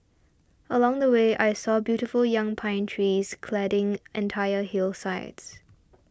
along the way I saw beautiful young pine trees cladding entire hillsides